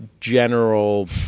general